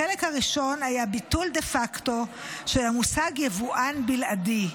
החלק הראשון היה ביטול דה פקטו של המושג יבואן בלעדי.